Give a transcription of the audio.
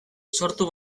sortu